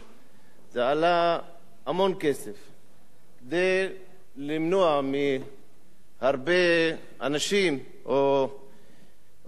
זה עלה המון כסף כדי למנוע מהרבה אנשים או פליטים